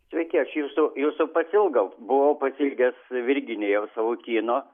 sveiki aš jūsų jūsų pasiilgau buvau pasiilgęs virginijaus savukyno